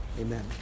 amen